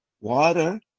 water